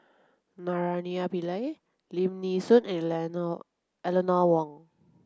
Naraina Pillai Lim Nee Soon and Eleanor Wong